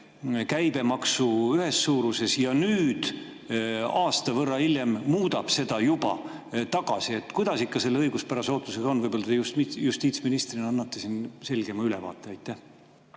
käibemaksu ühes suuruses ja nüüd, aasta võrra hiljem muudab selle juba tagasi. Kuidas ikka selle õiguspärase ootusega on? Võib-olla te justiitsministrina annate siin selgema ülevaate. Aitäh